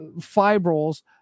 fibrils